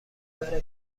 برای